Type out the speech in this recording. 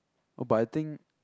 but I think